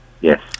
Yes